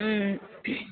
ಹ್ಞೂ